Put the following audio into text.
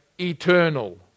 eternal